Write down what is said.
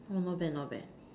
uh not bad not bad